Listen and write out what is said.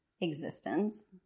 existence